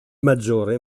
maggiore